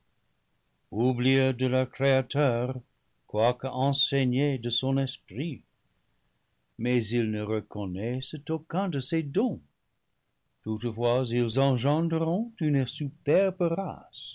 de leur créateur quoique enseignés de son esprit mais ils ne reconnaissent aucun de ses dons toutefois ils engendreront une superbe